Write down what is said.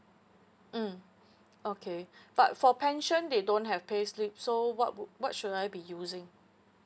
mm okay but for pension they don't have payslip so what would what should I be using